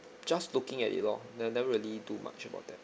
just looking at it lor never never really do much about that